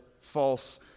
false